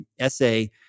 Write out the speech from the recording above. essay